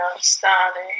Starting